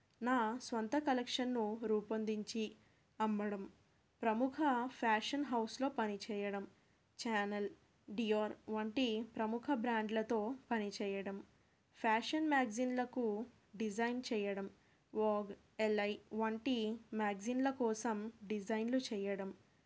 నా సొంత కలెక్షన్ను రూపొందించి అమ్మడం ప్రముఖ ఫ్యాషన్ హౌస్లో పనిచెయ్యడం ఛానల్ డియోర్ వంటి ప్రముఖ బ్రాండ్లతో పనిచెయ్యడం ఫ్యాషన్ మ్యాగ్జిన్లకు డిజైన్ చెయ్యడం వోగ్ ఎల్ ఐ వంటి మ్యాగ్జిన్ల కోసం డిజైన్లు చెయ్యడం